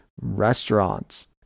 restaurants